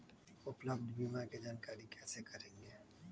उपलब्ध बीमा के जानकारी कैसे करेगे?